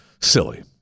Silly